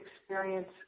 experience